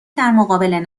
درمقابل